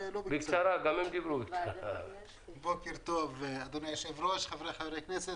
בוקר טוב אדוני היו"ר, חבריי חברי הכנסת.